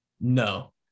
no